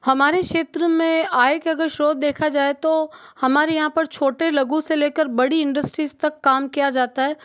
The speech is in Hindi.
हमारे क्षेत्र में आय के अगर स्त्रोत अगर देखा जाए तो हमारे यहाँ पर छोटे लघु से लेकर बड़ी इंडस्ट्रीज़ तक काम किया जाता है